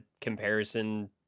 comparison